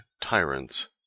tyrants